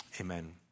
amen